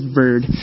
bird